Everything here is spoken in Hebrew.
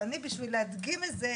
ואני בשביל להדגים את זה,